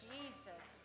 Jesus